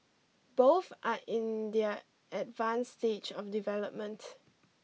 both are in their advanced stage of development